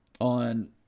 on